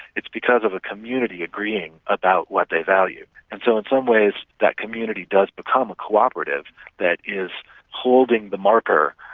it's because of a community agreeing about what they value, and so in some ways that community does become a co-operative that is holding the marker,